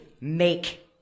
Make